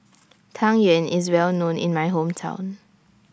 Tang Yuen IS Well known in My Hometown